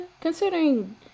considering –